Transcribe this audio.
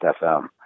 FM